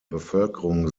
bevölkerung